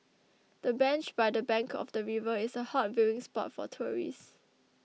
the bench by the bank of the river is a hot viewing spot for tourists